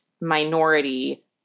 minority